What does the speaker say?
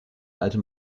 alte